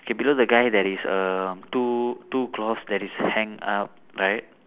K below the guy there is a two two cloth that is hang up right